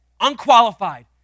unqualified